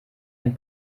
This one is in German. ein